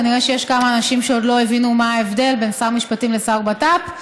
כנראה יש כמה אנשים שעוד לא הבינו מה ההבדל בין שר המשפטים לשר הבט"פ,